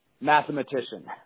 mathematician